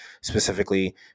Specifically